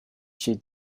she